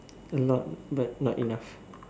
a lot but not enough